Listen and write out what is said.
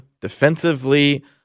defensively